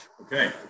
Okay